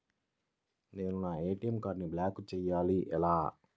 నేను నా ఏ.టీ.ఎం కార్డ్ను బ్లాక్ చేయాలి ఎలా?